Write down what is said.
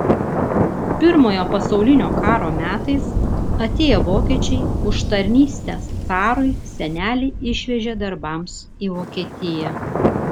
pirmojo pasaulinio karo metais atėję vokiečiai už tarnystę carui senelį išvežė darbams į vokietiją